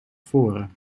voren